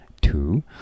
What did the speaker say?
Two